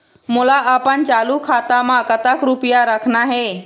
मोला अपन चालू खाता म कतक रूपया रखना हे?